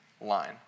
line